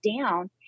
down